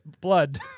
blood